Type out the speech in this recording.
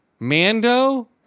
Mando